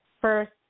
first